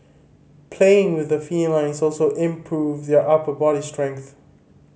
playing with the felines also improves their upper body strength